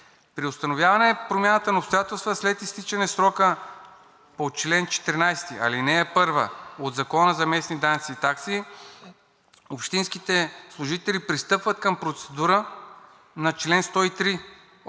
При установяване промяната на обстоятелства след изтичане на срока по чл. 14, ал. 1 от Закона за местните данъци и такси общинските служители пристъпват към процедурата на чл. 103